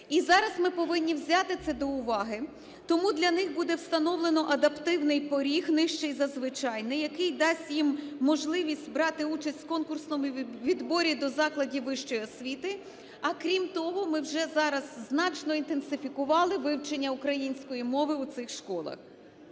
і зараз ми повинні взяти це до уваги, тому для них буде встановлено адаптивний поріг, нижчий за звичайний, який дасть їм можливість брати участь в конкурсному відборі до закладів вищої освіти, а, крім того, ми вже зараз значно інтенсифікували вивчення української мови у цих школах.